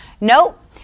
Nope